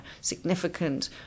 significant